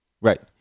Right